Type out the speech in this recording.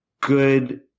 good